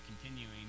continuing